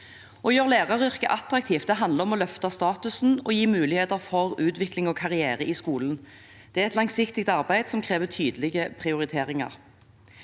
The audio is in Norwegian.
Å gjøre læreryrket attraktivt handler om å løfte statusen og gi muligheter for utvikling og karriere i skolen. Det er et langsiktig arbeid som krever tydelige prioriteringer.